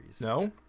no